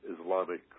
Islamic